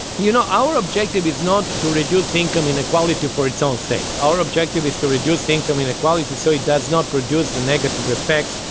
you know, our objective is not to reduce income inequality for its own sake. our objective is to reduce income inequality to so it does not produce the negative effects.